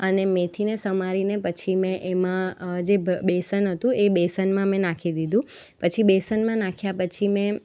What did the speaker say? અને મેથીને સમારીને પછી મેં એમાં જે બેસન હતું એ બેસનમાં મેં નાખી દીધું પછી બેસનમાં નાખ્યા પછી મેં